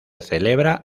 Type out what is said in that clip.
celebra